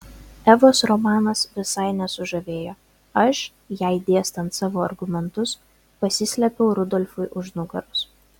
evos romanas visai nesužavėjo aš jai dėstant savo argumentus pasislėpiau rudolfui už nugaros